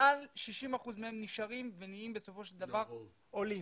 מעל 60% מהם נשארים ונהיים בסופו של דבר עולים.